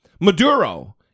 Maduro